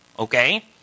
Okay